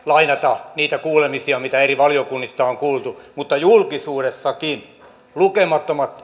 lainata niitä kuulemisia mitä eri valiokunnista on kuultu mutta julkisuudessakin lukemattomat